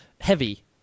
heavy